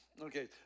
Okay